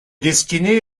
destiné